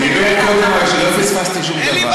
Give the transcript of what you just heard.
פספסת אותי, לא פספסתי שום דבר.